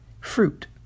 Fruit